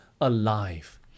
alive